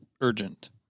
urgent